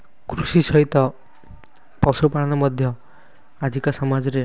କୃଷି ସହିତ ପଶୁ ପାଳନ ମଧ୍ୟ ଆଜିକା ସମାଜରେ